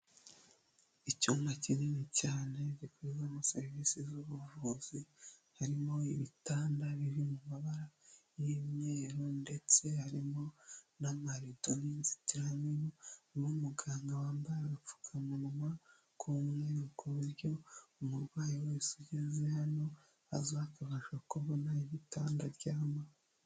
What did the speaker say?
Icyumba kinini cyane gikorerwamo serivisi z'ubuvuzi, harimo ibitanda biri mu mabara y'imyeru ndetse harimo n'amarido n'inzitiramibu n'umuganga wambaye agapfukamunwa k'umweru ku buryo umurwayi wese ugeze hano aza akabasha kubona igitanda aryamaho.